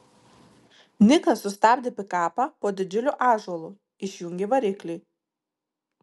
nikas sustabdė pikapą po didžiuliu ąžuolu išjungė variklį